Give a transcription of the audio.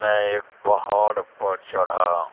میں ایک پہاڑ پر چڑھا